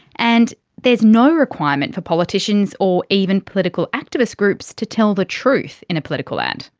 and there's no requirement for politicians or even political activist groups to tell the truth in a political ad.